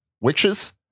Witches